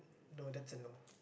no that's a no